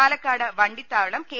Pala ക്കാട് Vandithavalam K